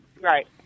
Right